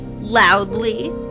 loudly